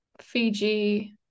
Fiji